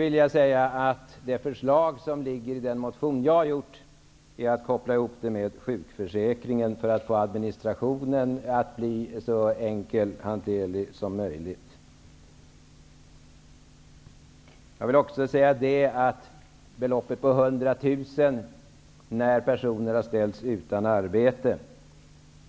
I det förslag som ligger i vår motion har vi gjort en sammankoppling med sjukförsäkringen för att få administrationen så enkel och lätthanterlig som möjligt. När det gäller beloppet 100 000 kr för personer som ställts utan arbete